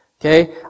Okay